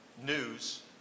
news